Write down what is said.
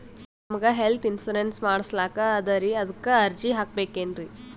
ನಮಗ health insurance ಮಾಡಸ್ಲಾಕ ಅದರಿ ಅದಕ್ಕ ಅರ್ಜಿ ಹಾಕಬಕೇನ್ರಿ?